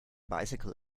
bicycle